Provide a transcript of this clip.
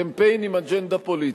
קמפיין עם אג'נדה פוליטית.